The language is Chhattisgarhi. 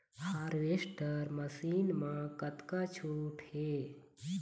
हारवेस्टर मशीन मा कतका छूट हे?